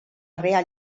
real